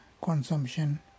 consumption